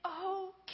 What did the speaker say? okay